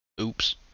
oops